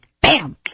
Bam